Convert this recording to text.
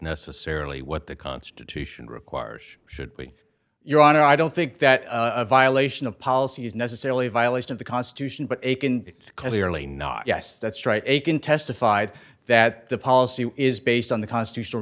necessarily what the constitution requires should be your honor i don't think that a violation of policy is necessarily a violation of the constitution but they can clearly not yes that's right akin testified that the policy is based on the constitutional